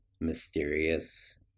mysterious